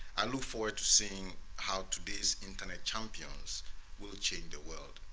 i look forward to seeing how today's internet champions will change the world.